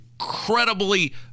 incredibly